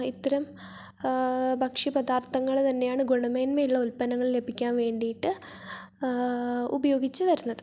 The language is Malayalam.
ഇത്തരം ഭക്ഷ്യ പദാർത്ഥങ്ങൾ തന്നെയാണ് ഗുണമേന്മയുള്ള ഉത്പന്നങ്ങൾ ലഭിക്കാൻ വേണ്ടിയിട്ട് ഉപയോഗിച്ചു വരുന്നത്